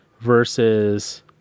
versus